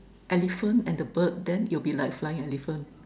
elephant and the bird then it'll be like flying elephant